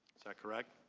is that correct?